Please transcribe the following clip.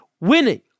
winning